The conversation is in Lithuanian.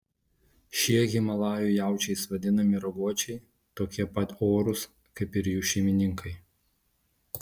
šie himalajų jaučiais vadinami raguočiai tokie pat orūs kaip ir jų šeimininkai